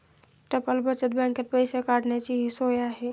टपाल बचत बँकेत पैसे काढण्याचीही सोय आहे